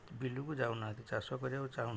ବିଲକୁ ଯାଉନାହାନ୍ତି ଚାଷ କରିବାକୁ ଚାହୁଁନାହାନ୍ତି